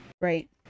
Right